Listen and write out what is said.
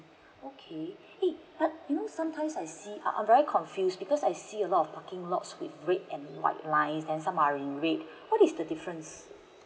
okay !hey! but you know sometimes I see I'm very confused because I see a lot of parking lots with red and white lines and some are in red what is the difference